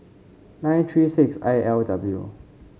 nine three six I L W